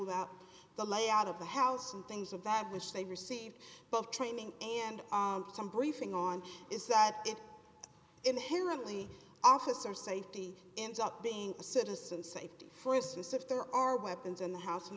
about the layout of the house and things of that which they receive both training and some briefing on is that it inherently officer safety ends up being a citizen safety for instance if there are weapons in the house and